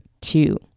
two